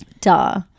Duh